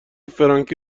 فرانکی